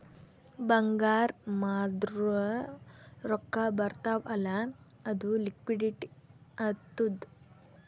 ಬಂಗಾರ್ ಮಾರ್ದುರ್ ರೊಕ್ಕಾ ಬರ್ತಾವ್ ಅಲ್ಲ ಅದು ಲಿಕ್ವಿಡಿಟಿ ಆತ್ತುದ್